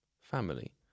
Family